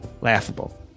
laughable